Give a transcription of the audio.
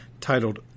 titled